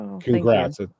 congrats